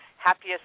happiest